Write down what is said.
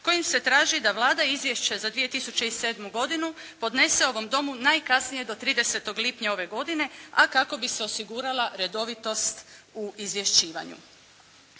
kojim se traži da Vlada izvješće za 2007. godinu podnese ovom Domu najkasnije do 30. lipnja ove godine a kako bi se osigurala redovitost u izvješćivanju.